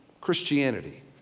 Christianity